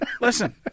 listen